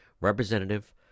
representative